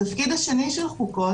התפקיד השני של חוקות,